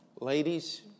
ladies